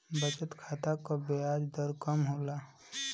बचत खाता क ब्याज दर कम होला